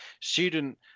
student